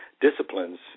disciplines